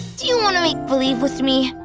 do you wanna make believe with me?